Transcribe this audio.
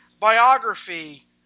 biography